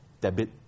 debit